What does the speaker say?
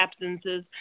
absences